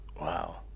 Wow